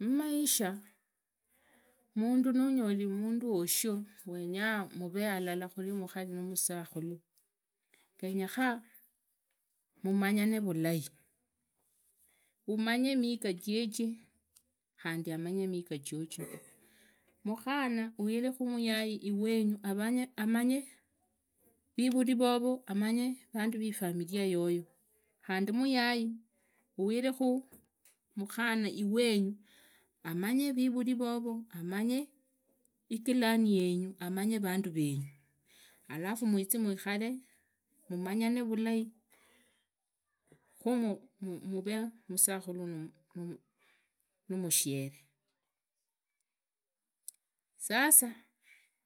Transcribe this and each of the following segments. Mmaisha mundu nunyoli wushu. mundu wenyaa muvee halala mukhali na musakhulu. ngenyekhaa mumonyane vulai. amanye miga jeje khandi amandi miga jojo. mukhana uhive muyai iwenyu amanye vivuri vovo. amanye vaidu vifamilia yoyo. khandi muyai uhire mukhana iwinyu amanye vivuri vovo. amanye idan yenyu amanye vandu venyu. alafu mwizo mwikhalo mumanyane vulai. khu muvee musakhula numushure. Sasa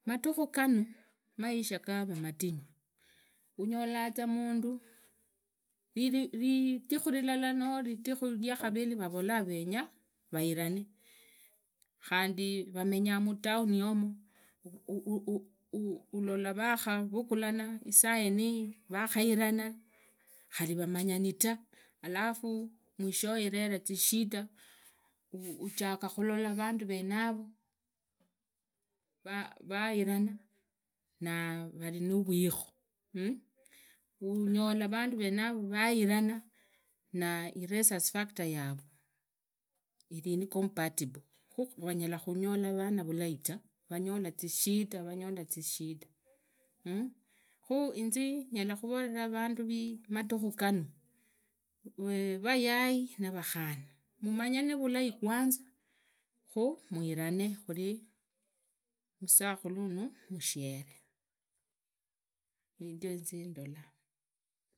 madhikhu ganu maisha gavere matinyu. unyolaza mundu ridhikharia kulala noo ria kaviri avolaa ndenya vaivane. khandi vamenyaa mutauni yomo. ulola vakhuvukhulana isaidi vakhairana. khuri vumanyani ta alafu mwishowe ivere. shida ujaga khulola vanduvenavo vaivana na vari na vwikho. unyola vandu venavo vairana rhesus factor yavo iri compatible khu vanyala khunyola vana vulai ta. vanyola zishida vanyola zishida khu izi nyarakhuvoleta vandu vumadhikhu ganu. vayai navakhana. mumanyane vulai kwanza. khu mwivane khan musakhulu na mushere nindio inzindola.